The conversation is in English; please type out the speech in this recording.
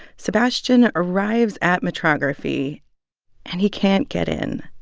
sebastian arrives at metrography and he can't get in.